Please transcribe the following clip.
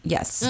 Yes